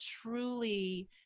truly